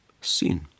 sin